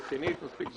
רצינית מספיק,